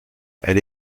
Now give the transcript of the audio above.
elle